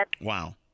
Wow